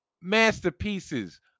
masterpieces